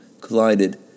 collided